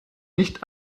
nicht